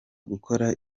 gukora